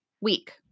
week